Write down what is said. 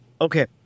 Okay